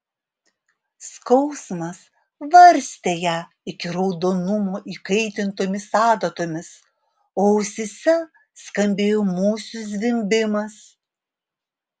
skausmas varstė ją iki raudonumo įkaitintomis adatomis o ausyse skambėjo musių zvimbimas